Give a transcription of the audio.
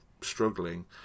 struggling